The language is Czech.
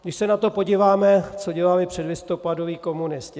Když se na to podíváme, co dělali předlistopadoví komunisti.